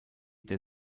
der